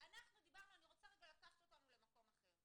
--- אני רוצה רגע לקחת אותנו למקום אחר.